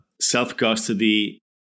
self-custody